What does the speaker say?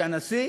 שהנשיא